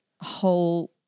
whole